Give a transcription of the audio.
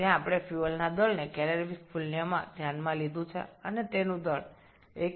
যেখানে আমরা জ্বালানির ভরকে ক্যালোরিফ মান হিসাবে বিবেচনা করেছি এবং জ্বালানির ভর সমান এখানে ১